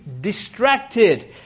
distracted